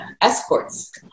escorts